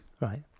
Right